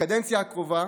בקדנציה הקרובה